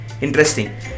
Interesting